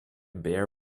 bear